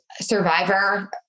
survivor